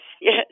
Yes